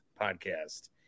podcast